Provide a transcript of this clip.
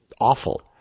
awful